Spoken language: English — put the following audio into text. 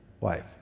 wife